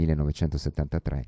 1973